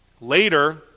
Later